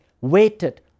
waited